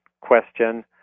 question